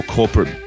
corporate